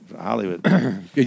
Hollywood